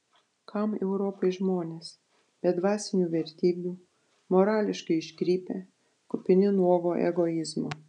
kam europai žmonės be dvasinių vertybių morališkai iškrypę kupini nuogo egoizmo